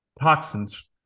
toxins